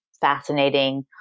fascinating